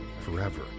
forever